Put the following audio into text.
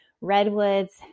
redwoods